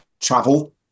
travel